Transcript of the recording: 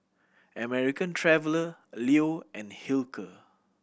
American Traveller Leo and Hilker